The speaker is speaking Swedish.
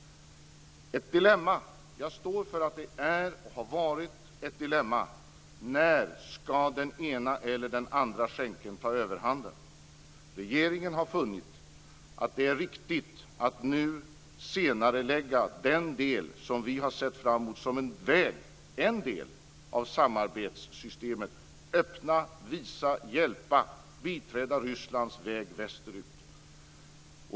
Jag står för att det är och har varit ett dilemma när den ena eller den andra skänkeln ska ta överhanden. Regeringen har funnit att det är riktigt att nu senarelägga den del som vi har sett fram emot som en del av samarbetssystemet. Det handlar om att öppna, visa, hjälpa och biträda Rysslands väg västerut.